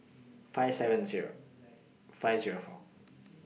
five seven Zero five Zero four